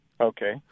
Okay